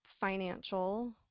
financial